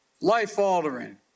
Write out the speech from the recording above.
life-altering